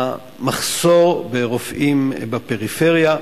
המחסור ברופאים בפריפריה,